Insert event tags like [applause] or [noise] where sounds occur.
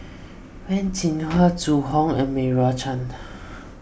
[noise] Wen Jinhua Zhu Hong and Meira Chand [noise]